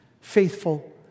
faithful